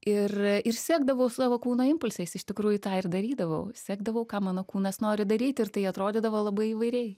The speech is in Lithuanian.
ir ir sekdavau savo kūno impulsais iš tikrųjų tą ir darydavau sekdavau ką mano kūnas nori daryti ir tai atrodydavo labai įvairiai